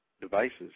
devices